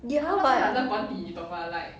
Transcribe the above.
ya but